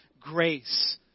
grace